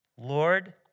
Lord